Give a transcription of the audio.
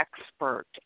expert